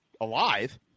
alive